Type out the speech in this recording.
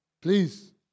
please